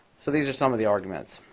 so these are some of the arguments.